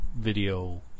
video